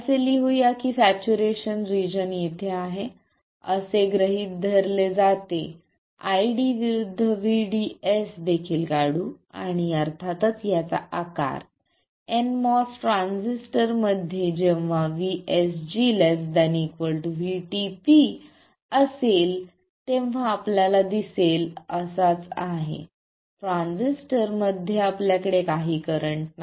असे लिहू या की सॅच्युरेशन रिजन येथे आहे असे गृहीत धरले जाते ID विरुद्ध VDS देखील काढू आणि अर्थातच याचा आकार nMOS ट्रान्झिस्टरमध्ये जेव्हा VSG ≤ VTP असेल तेव्हा आपल्याला दिसेल असाच आहे ट्रान्झिस्टरमध्ये आपल्याकडे काही करंट नाही